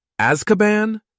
Azkaban